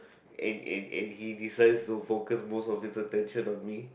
and and and he decides to focus most of his attention on me